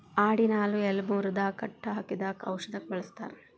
ಆಡಿನ ಹಾಲು ಎಲಬ ಮುರದಾಗ ಕಟ್ಟ ಹಾಕಿದಾಗ ಔಷದಕ್ಕ ಬಳಸ್ತಾರ